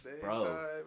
Bro